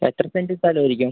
എത്ര സെന്റ് സ്ഥലം ആയിരിക്കും